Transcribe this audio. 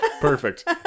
Perfect